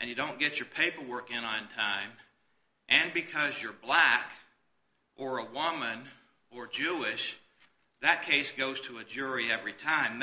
and you don't get your paperwork in on time and because you're black or a wommen were jewish that case goes to a jury every time